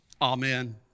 Amen